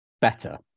better